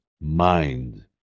mind